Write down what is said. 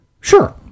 Sure